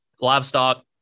livestock